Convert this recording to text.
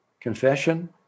Confession